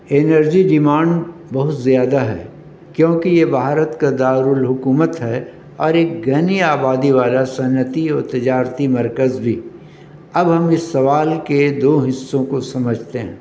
energy demand بہت زیادہ ہے کیونکہ یہ بھارت کا دارالحکومت ہے اور ایک گھنی آبادی والا صنعتی اور تجارتی مرکز بھی اب ہم اس سوال کے دو حصوں کو سمجھتے ہیں